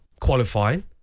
qualifying